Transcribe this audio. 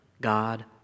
God